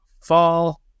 fall